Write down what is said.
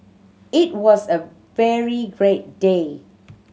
it was a very great day